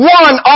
one